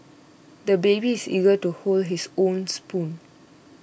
the baby is eager to hold his own spoon